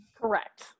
correct